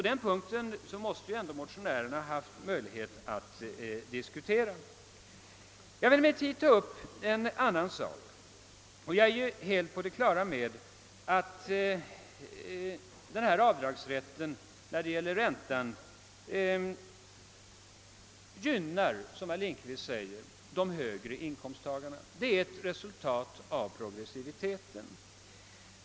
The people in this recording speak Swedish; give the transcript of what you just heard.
Motionärerna måste dock haft möjlighet att diskutera den frågan. Jag är helt på det klara med att avdragsrätten för räntan, som herr Lindkvist säger, gynnar de högre inkomsttagarna. Det är ett resultat av progressiviteten.